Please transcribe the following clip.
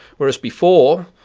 whereas before,